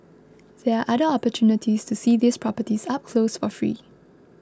there are other opportunities to see these properties up close or free